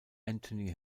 anthony